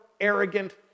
arrogant